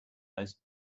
most